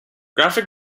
graphic